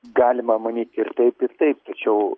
galima many ir taip taip tačiau